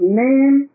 name